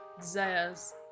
desires